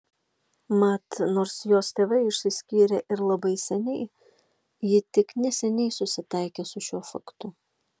mat nors jos tėvai išsiskyrė ir labai seniai ji tik neseniai susitaikė su šiuo faktu